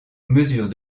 mesure